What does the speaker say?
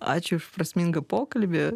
ačiū už prasmingą pokalbį